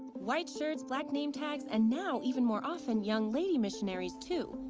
white shirts, black name tags and now, even more often, young lady missionaries, too.